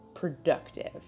productive